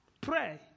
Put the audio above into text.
pray